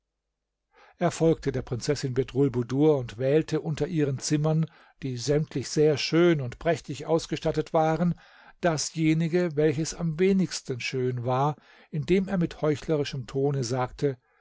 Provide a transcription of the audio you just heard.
folgte der prinzessin bedrulbudur und wählte unter ihren zimmern die sämtlich sehr schön und prächtig ausgestattet waren dasjenige welches am wenigsten schön war indem er mit heuchlerischem tone sagte